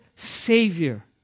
Savior